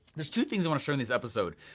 there's two things i wanna share in this episode.